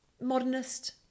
modernist